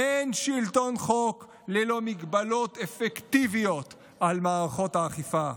אין שלטון חוק ללא מגבלות אפקטיביות על מערכות האכיפה.